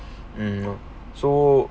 um so